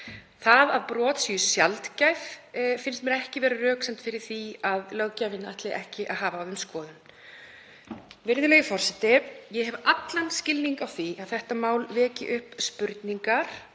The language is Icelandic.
Það að brot séu sjaldgæf finnst mér ekki vera röksemd fyrir því að löggjafinn ætti ekki að hafa á þeim skoðun. Virðulegi forseti. Ég hef allan skilning á því að þetta mál veki upp spurningar